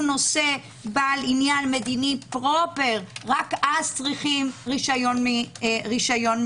נושא בעל עניין מדיני פרופר רק אז צריך רישיון מהמשטרה.